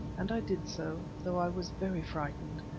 and i did so, though i was very frightened.